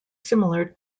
similar